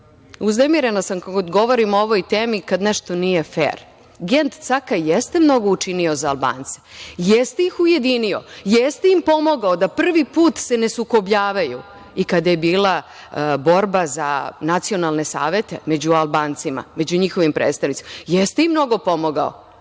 uznemirena sam kada odgovorim o ovoj temi kada nešto nije fer, Gent Cakaj jeste mnogo učinio za Albance, jeste ih ujedinio, jeste im pomogao da prvi put se ne sukobljavaju, i kada je bila borba za nacionalne savete među Albancima, među njihovim predstavnicima, jeste im mnogo pomogao.